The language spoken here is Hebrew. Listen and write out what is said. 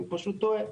טועה.